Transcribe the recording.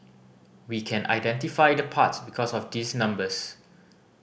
we can identify the parts because of these numbers